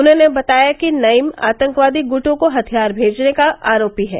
उन्होंने बताया कि नईम आतंकवादी गुटों को हथियार भेजने का आरोपी है